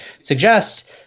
suggest